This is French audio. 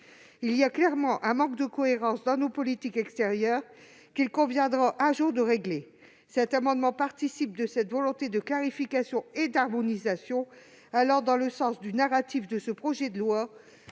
Il y a clairement un manque de cohérence dans nos politiques extérieures, qu'il conviendra, un jour, de régler. Les dispositions de cet amendement participent de cette volonté de clarification et d'harmonisation, allant dans le sens du narratif de ce projet de loi,